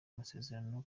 amasezerano